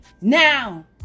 Now